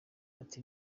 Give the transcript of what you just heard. ati